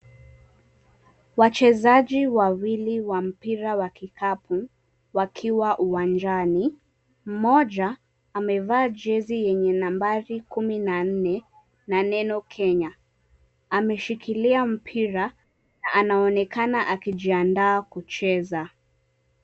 Wachezaji wawili wa mpira wa kikapu wakiwa uwanjani. Mmoja amevaa jezi yenye nambari kumi na nne na neno Kenya. Ameshikilia mpira na anaonekana akijiandaa kucheza.